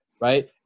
right